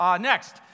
Next